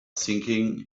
thinking